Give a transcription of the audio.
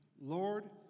Lord